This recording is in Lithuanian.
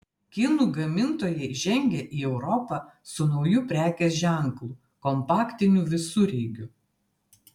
kinų gamintojai žengia į europą su nauju prekės ženklu kompaktiniu visureigiu